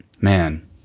man